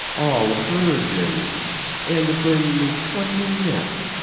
all virgins and bring me twenty nets,